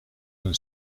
een